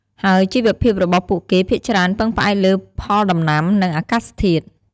ហើយជីវភាពរបស់ពួកគេភាគច្រើនពឹងផ្អែកលើផលដំណាំ និងអាកាសធាតុ។